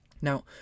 Now